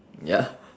ya